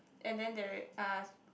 and then there are